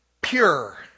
pure